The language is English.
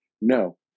No